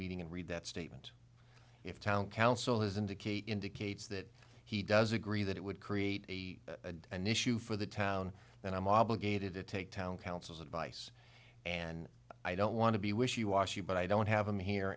meeting and read that statement if town council has indicate indicates that he does agree that it would create an issue for the town and i'm obligated to take town councils advice and i don't want to be wishy washy but i don't have them here